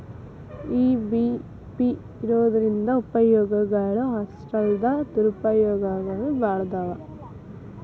EBP ಇರೊದ್ರಿಂದಾ ಉಪಯೊಗಗಳು ಅಷ್ಟಾಲ್ದ ದುರುಪಯೊಗನೂ ಭಾಳದಾವ್